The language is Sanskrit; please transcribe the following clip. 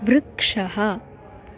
वृक्षः